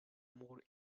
more